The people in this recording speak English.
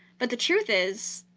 but the truth is,